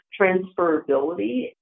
transferability